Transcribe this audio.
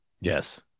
Yes